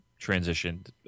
transitioned